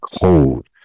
cold